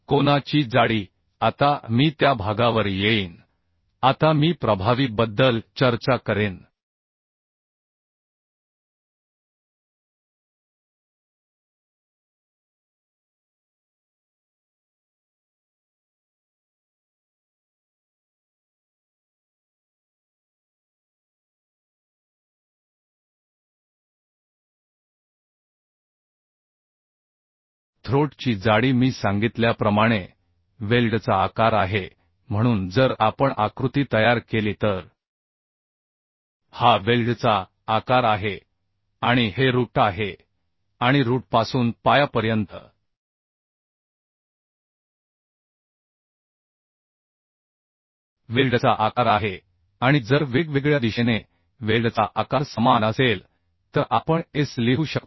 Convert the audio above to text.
कोना ची जाडी आता मी त्या भागावर येईन आता मी प्रभावी बद्दल चर्चा करेन थ्रोट ची जाडी मी सांगितल्याप्रमाणे वेल्डचा आकार आहे म्हणून जर आपण आकृती तयार केली तर हा वेल्डचा आकार आहे आणि हे रु ट आहे आणि रूट पासून पायापर्यंत वेल्डचा आकार आहे आणि जर वेगवेगळ्या दिशेने वेल्डचा आकार समान असेल तर आपण s लिहू शकतो